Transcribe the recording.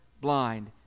blind